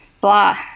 blah